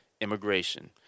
immigration